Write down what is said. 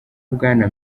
bwana